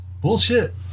bullshit